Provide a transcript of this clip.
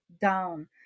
down